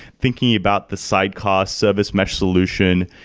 thinking about the sidecar service mesh solution,